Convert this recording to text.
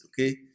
okay